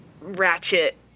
ratchet